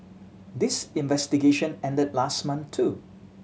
this investigation ended last month too